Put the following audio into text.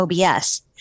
OBS